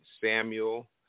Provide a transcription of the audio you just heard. Samuel